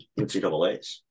NCAAs